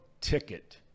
ticket